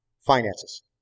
finances